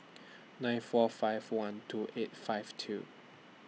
nine four five one two eight five two